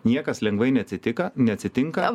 niekas lengvai neatsitika neatsitinka